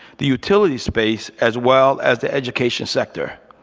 the utility space, as well as the education sector.